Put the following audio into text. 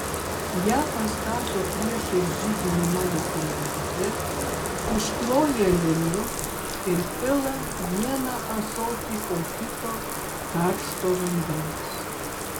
ją pastato priešais židinį mano kambaryje iškloja linu ir pila vieną ąsotį po kito karšto vandens